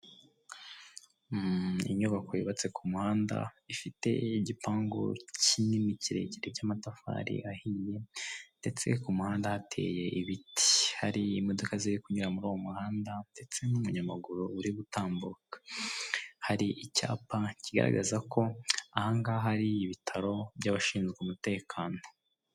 Inyubako yubatse ku muhanda ifite igipangu kinini kirekire cy'amatafari ahiye, ndetse ku muhanda hateye ibiti. Hari imodoka ziri kunyura muri uwo muhanda, ndetse n'umunyamaguru uri gutambuka. Hari icyapa kigaragaza ko aha ngaha ari ibitaro by'abashinzwe umutekano.